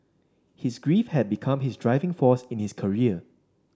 his grief had become his driving force in his career